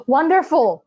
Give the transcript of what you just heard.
Wonderful